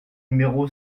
numéro